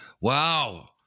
Wow